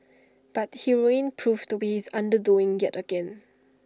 but heroin proved to be his undoing yet again